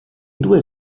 due